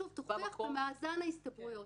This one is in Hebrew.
שוב, תוכיח במאזן ההסתברויות.